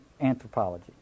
anthropology